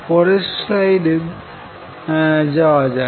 পরের স্লাইডে যাওয়া যাক